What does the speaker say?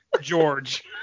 George